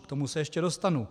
K tomu se ještě dostanu.